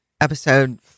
episode